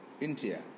India